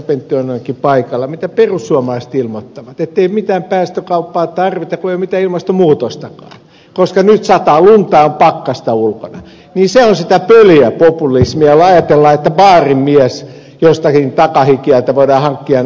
pentti oinonenkin paikalla mitä perussuomalaiset ilmoittavat ettei mitään päästökauppaa tarvita kun ei ole mitään ilmastonmuutostakaan koska nyt sataa lunta ja on pakkasta ulkona on sitä pöljäpopulismia jolla ajatellaan että baarin mies jostakin takahikiältä voidaan hankkia äänestäjäksi